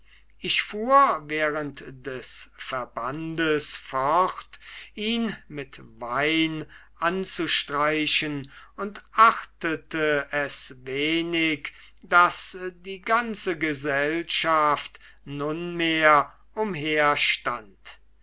ich fuhr während des verbandes fort ihn mit wein anzustreichen und achtete es wenig daß die ganze gesellschaft nunmehr